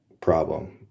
problem